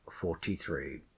forty-three